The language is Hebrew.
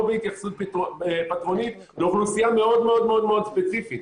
בהתייחסות פטרונית לאוכלוסייה מאוד מאוד ספציפית,